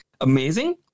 amazing